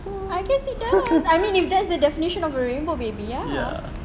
I guess it does I mean if that's the definition of a rainbow baby ya